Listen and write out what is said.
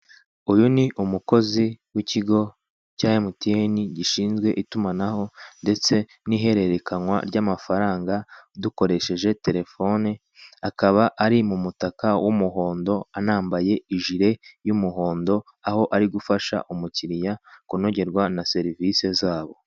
Uyu ni umukozi w'ikigo cya emutiyeni gishinzwe itumanaho ndetse n'ihererekanwa ry'amafaranga dukoresheje telefone, akaba ari mu mutaka w'umuhondo anambaye ijire y'umuhondo, aho ari gufasha umukiliya kunogerwa na serivise zabo.